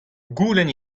goulenn